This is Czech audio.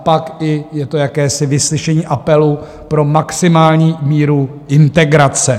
Pak je to i jakési vyslyšení apelu pro maximální míru integrace.